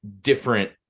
different